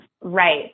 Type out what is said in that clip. right